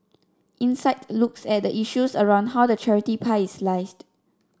insight looks at the issues around how the charity pie is sliced